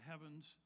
heavens